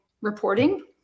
reporting